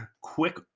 quick